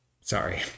Sorry